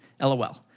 LOL